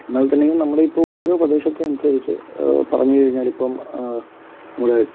എന്നാൽ തന്നെയും നമ്മുടെ ഇപ്പോൾ ഓരോ പ്രദേശത്തെ അനുസരിച്ചു പറഞ്ഞു കഴിഞ്ഞാൽ ഇപ്പം നമ്മുടെ